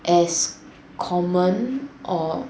as common or